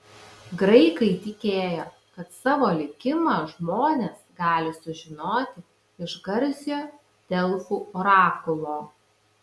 graikai tikėjo kad savo likimą žmonės gali sužinoti iš garsiojo delfų orakulo